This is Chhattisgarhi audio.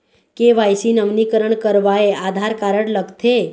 के.वाई.सी नवीनीकरण करवाये आधार कारड लगथे?